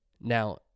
Now